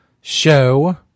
show